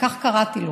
שכך קראתי לו.